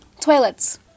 toilets